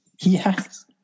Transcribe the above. Yes